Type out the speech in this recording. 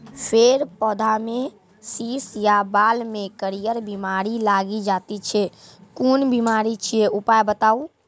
फेर पौधामें शीश या बाल मे करियर बिमारी लागि जाति छै कून बिमारी छियै, उपाय बताऊ?